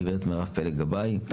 גב' מירב פלג גבאי,